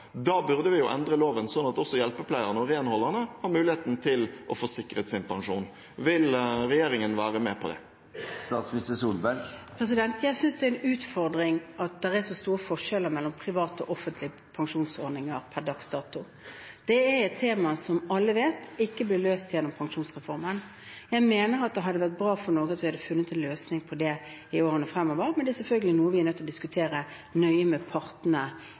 burde vi jo endre loven sånn at også hjelpepleierne og renholderne har muligheten til å få sikret sin pensjon. Vil regjeringen være med på det? Jeg synes det er en utfordring at det er så store forskjeller mellom private og offentlige pensjonsordninger per dags dato. Det er et tema som alle vet ikke ble løst gjennom pensjonsreformen. Jeg mener at det hadde vært bra for Norge om vi hadde funnet en løsning på det i årene fremover, men det er selvfølgelig noe vi er nødt til å diskutere nøye med partene,